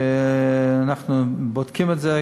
אנחנו בודקים את זה,